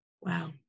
Wow